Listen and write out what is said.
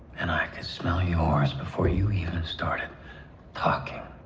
and i can smell yours before you even and started talking.